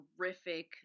terrific